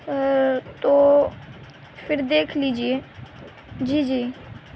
تو پھر دیکھ لیجیے جی جی